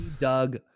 Doug